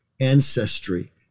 ancestry